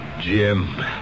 Jim